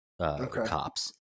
cops